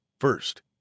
First